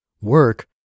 work